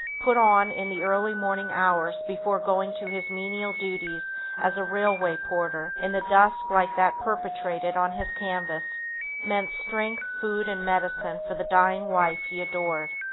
put on in the early morning hours before going to his menial duties as a railway porter, in the dusk like that perpetuated on his canvas meant strength, food and medicine for the dying wife he adored.